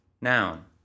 noun